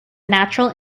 natural